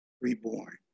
reborn